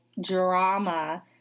drama